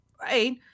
right